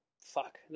Fuck